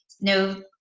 No